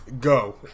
Go